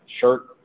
shirt